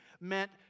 meant